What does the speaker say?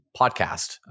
podcast